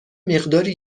مقداری